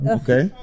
okay